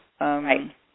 Right